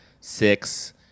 six